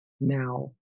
Now